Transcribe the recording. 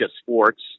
Sports